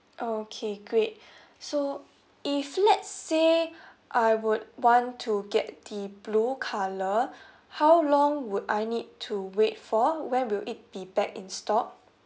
okay great so if let's say I would want to get the blue colour how long would I need to wait for when will it be back in stock